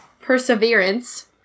Perseverance